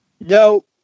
No